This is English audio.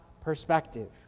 perspective